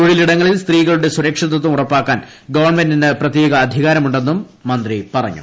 തൊഴിലിടങ്ങളിൽ സ്ത്രീകളുട്ടെ സുരക്ഷിതത്വം ഉറപ്പാക്കാൻ ഗവൺമെന്റിന് പ്രത്യേക അധികാരം ഉണ്ടെന്നും മന്ത്രി പറഞ്ഞു